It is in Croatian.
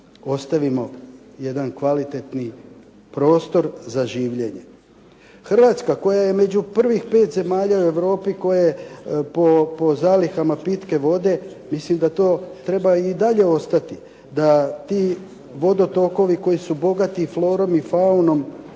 ostavimo jedan kvalitetni prostor za življenje. Hrvatska koja je među prvih 5 zemalja u Europi po zalihama pitke vode mislim da to treba i dalje ostati. Da ti vodotokovi koji su bogati florom i faunom